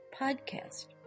podcast